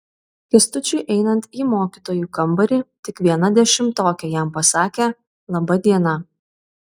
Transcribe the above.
kęstučiui einant į mokytojų kambarį tik viena dešimtokė jam pasakė laba diena